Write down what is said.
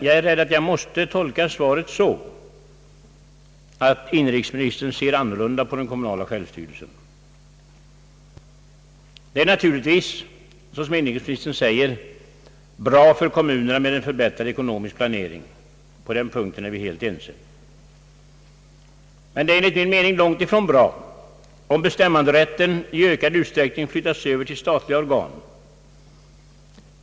Jag är rädd att jag måste tolka svaret så att inrikesministern ser annorlunda på den kommunala självstyrelsen. Det är naturligtvis, såsom inrikesministern säger, bra för kommunerna med en förbättrad ekonomisk planering. På den punkten är vi helt ense. Men det är enligt min mening långt ifrån bra om bestämmanderätten i ökad utsträckning flyttas över till statliga organ.